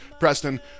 Preston